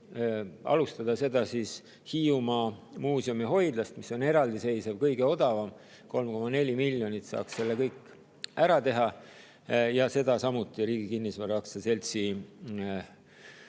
Alustada Hiiumaa muuseumi hoidlast, mis on eraldiseisev, kõige odavam – 3,4 miljoniga saaks selle kõik ära teha. Ja seda samuti Riigi Kinnisvara Aktsiaseltsi